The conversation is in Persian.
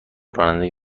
رانندگی